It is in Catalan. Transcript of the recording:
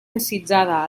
desitjada